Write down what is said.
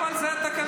טוב, אבל זה התקנון.